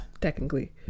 technically